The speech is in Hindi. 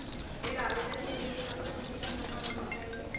ऋण आवेदन के लिए कम से कम कितनी उम्र होनी चाहिए?